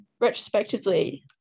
retrospectively